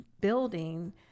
building